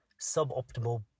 suboptimal